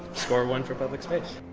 score one for public space.